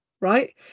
right